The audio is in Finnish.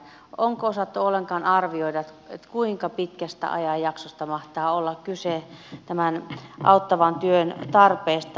onko osattu ollenkaan arvioida kuinka pitkästä ajanjaksosta mahtaa olla kyse tämän auttavan työn tarpeen osalta